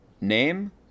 name